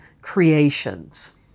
creations